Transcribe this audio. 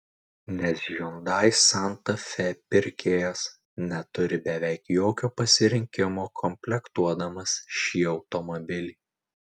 nes hyundai santa fe pirkėjas neturi beveik jokio pasirinkimo komplektuodamas šį automobilį